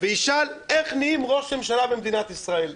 וישאל איך נהיים ראש ממשלה במדינת ישראל.